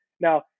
Now